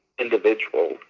individual